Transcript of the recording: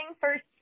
first